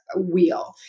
wheel